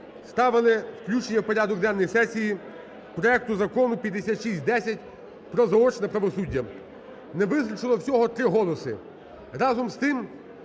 ставили включення в порядок денний сесії проекту Закону 5610 про заочне правосуддя. Не вистачило всього 3 голоси. Разом з тим,